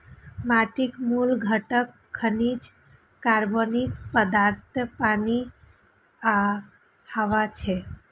माटिक मूल घटक खनिज, कार्बनिक पदार्थ, पानि आ हवा छियै